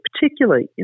particularly